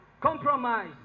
Compromise